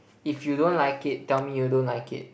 if you don't like it tell me you don't like it